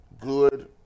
good